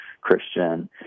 Christian